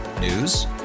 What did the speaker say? News